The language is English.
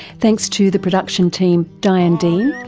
thanks to the production team diane dean,